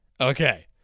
Okay